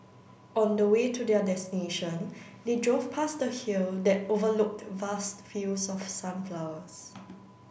on the way to their destination they drove past the hill that overlooked vast fields of sunflowers